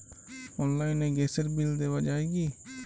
অনলাইনে গ্যাসের বিল দেওয়া যায় কি?